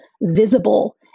visible